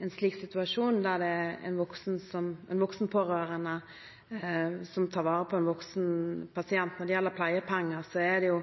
en slik situasjon, der en voksen pårørende tar vare på en voksen pasient. Når det gjelder pleiepenger, er disse